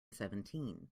seventeen